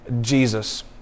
Jesus